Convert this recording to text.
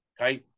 Okay